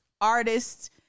artists